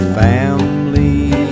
family